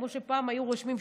כמו שהיו רושמים פעם,